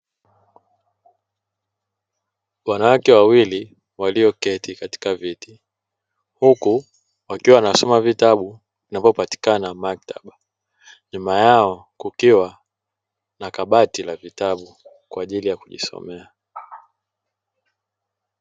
Wanawake wawili walioketi katika viti huku wakiwa wanasoma vitabu vinavyopatikana maktaba, nyuma yao kukiwa na kabati la vitabu kwa ajili ya kujisomea.